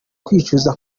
kwicuza